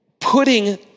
putting